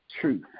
truth